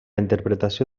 interpretació